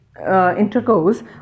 intercourse